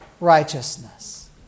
righteousness